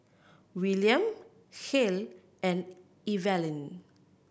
Willian Kael and Evalyn